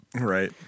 Right